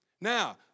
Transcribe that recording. Now